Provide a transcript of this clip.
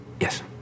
yes